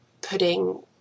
putting